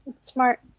Smart